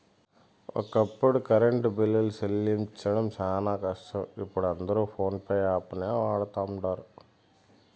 ఒకప్పుడు కరెంటు బిల్లులు సెల్లించడం శానా కష్టం, ఇపుడు అందరు పోన్పే యాపును వాడతండారు